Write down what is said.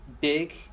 big